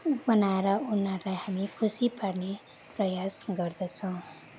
ऊ बनाएर उनीहरूलाई हामी खुसी पार्ने प्रयास गर्दछौँ